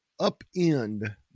upend